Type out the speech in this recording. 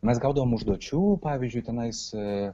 mes gaudavom užduočių pavyzdžiui tenais